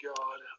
God